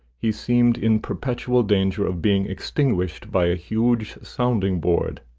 he seemed in perpetual danger of being extinguished by a huge sounding-board.